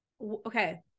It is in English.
okay